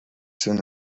soon